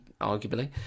arguably